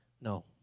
No